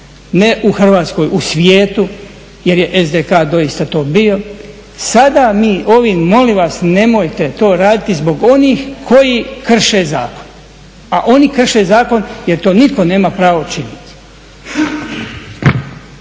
ne u Hrvatskoj, u svijetu jer je SDK doista to bio, sada mi ovim, molim vas nemojte to raditi zbog onih koji krše zakon. A oni krše zakon jer to niko nema pravo činiti.